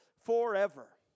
forever